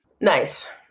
Nice